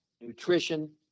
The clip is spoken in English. nutrition